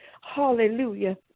hallelujah